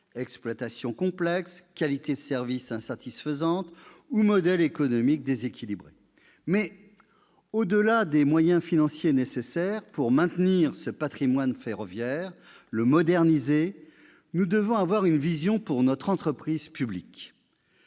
exploitation complexe, qualité de service insatisfaisante ou modèle économique déséquilibré. Au-delà des moyens financiers nécessaires pour maintenir ce patrimoine ferroviaire, le moderniser, nous devons avoir une vision pour notre entreprise publique.